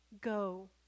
go